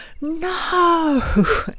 no